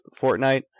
Fortnite